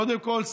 קודם כול,